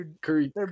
Curry